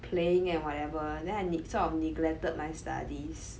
playing and whatever then I ne~ sort of neglected my studies